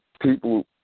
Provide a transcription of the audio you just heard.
people